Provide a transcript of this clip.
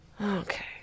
Okay